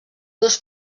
dos